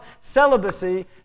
celibacy